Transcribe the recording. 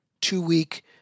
two-week